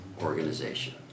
Organization